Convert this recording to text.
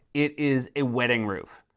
it is a wedding roof.